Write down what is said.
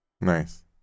nice